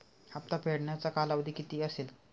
हप्ता फेडण्याचा कालावधी किती असेल?